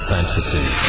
Fantasy